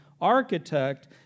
architect